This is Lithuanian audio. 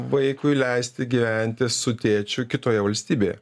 vaikui leisti gyventi su tėčiu kitoje valstybėje